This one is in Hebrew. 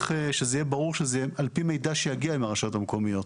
שזה יהיה ברור שזה על פי מידע שיגיע מהרשויות המקומיות.